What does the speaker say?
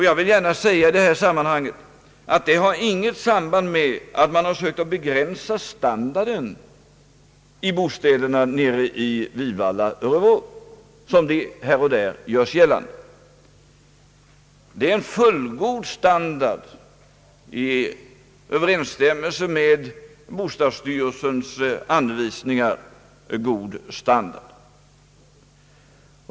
Jag vill gärna säga att det inte har sin grund i att man har försökt sänka standarden i bostäderna i Vivalla, som från en del håll gjorts gällande. Det rör sig om en fullgod standard, som står i överensstämmelse med bostadsstyrelsens anvisningar.